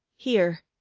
here,